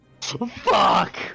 fuck